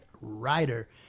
Rider